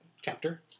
chapter